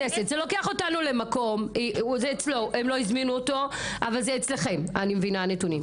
הם לא הזמינו אותם אבל אני מבינה שהנתונים אצלכם.